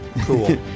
cool